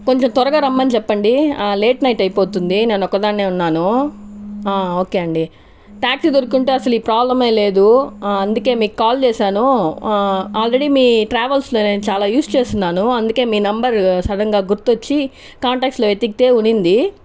కొంచం త్వరగా రమ్మని చెప్పండి లేట్ నైట్ అయిపోతుంది నేను ఒక్కదాన్నే ఉన్నాను ఓకే అండి ట్యాక్సీ దొరికి ఉంటే అసలీ ప్రాబ్లమే లేదు అందుకే మీకు కాల్ చేసాను ఆల్రెడీ మీ ట్రావెల్స్లో నేను చాలా యూజ్ చేసి ఉన్నాను అందుకే మీ నెంబర్ సడన్గా గుర్తొచ్చి కాంటాక్ట్స్లో వెతికితే ఉంది